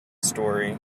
story